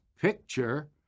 picture